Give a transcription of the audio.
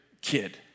kid